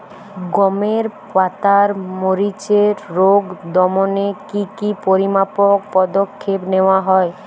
গমের পাতার মরিচের রোগ দমনে কি কি পরিমাপক পদক্ষেপ নেওয়া হয়?